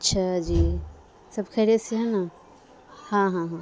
اچھا جی سب خیریت سے ہے نا ہاں ہاں ہاں